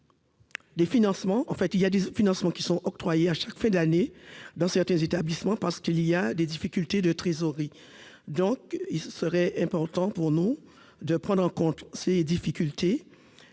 Guyane. Des financements sont octroyés chaque fin d'année dans certains établissements, en raison des difficultés de trésorerie. Il serait important pour nous de prendre en compte ces difficultés